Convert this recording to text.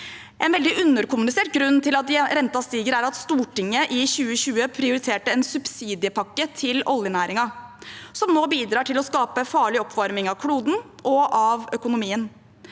underkommunisert grunn til at renten stiger, er at Stortinget i 2020 prioriterte en subsidiepakke til oljenæringen, som nå bidrar til å skape farlig oppvarming av kloden og av økonomien.